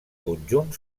conjunt